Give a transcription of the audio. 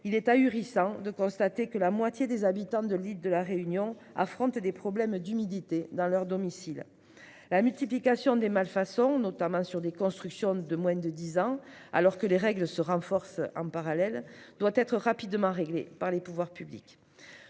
Il est ahurissant de constater que la moitié des habitants de La Réunion affrontent des problèmes d'humidité dans leur domicile. La multiplication des malfaçons, notamment sur des constructions de moins de dix ans, alors même que les règles se renforcent, doit être rapidement réglée par les pouvoirs publics.